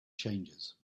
changes